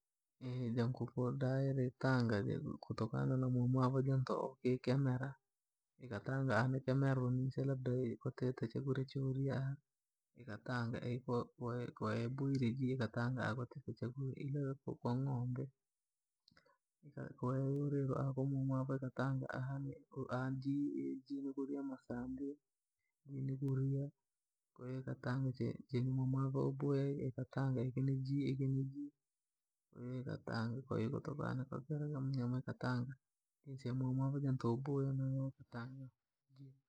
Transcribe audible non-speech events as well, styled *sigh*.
Lii jankuku iritanga kutokana na mwamwavo into ejikemera ikatanga aha nikemerwa nise labda kutite chakura choria. Ikatanga ko ibairwe ikatanga aha kutite chakuria ili kwa ng`ombe *unintelligible* ahatanga aha niji kuvikirwe masaa mbii ili koria niji ikiniji ikatanga kwanini mpatire ikatanga mwamwavo eboya kwahiyo. etanga.